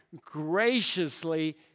graciously